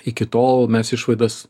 iki tol mes išvadas